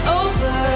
over